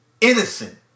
innocent